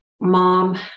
Mom